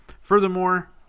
Furthermore